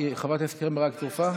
אדוני סגן שר האוצר.